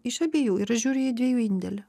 iš abiejų ir aš žiūri į dviejų indėlį